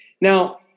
Now